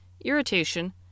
irritation